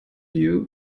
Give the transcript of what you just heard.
you